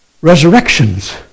resurrections